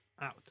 out